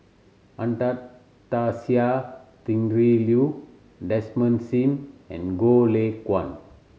Anastasia Tjendri Liew Desmond Sim and Goh Lay Kuan